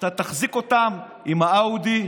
שאתה תחזיק אותם עם האאודי,